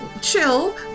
chill